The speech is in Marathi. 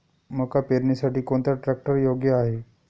मका पेरणीसाठी कोणता ट्रॅक्टर योग्य आहे?